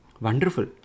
Wonderful